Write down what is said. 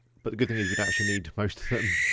but the good thing is we don't actually need most of them.